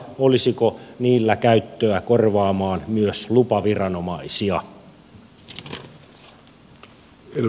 olisiko niillä käyttöä korvaamaan myös lupaviranomaisia